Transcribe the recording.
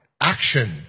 action